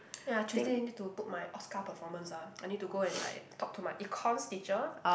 ya Tuesday need to book my Oscar performance ah I need to go and like talk to my Econs teacher